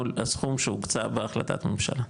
מול הסכום שהוקצה בהחלטת ממשלה.